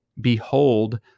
behold